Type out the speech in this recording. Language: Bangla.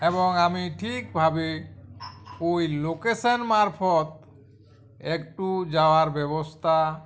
অ্যাবং আমি ঠিকভাবে ওই লোকেশান মারফৎ একটু যাওয়ার ব্যবস্থা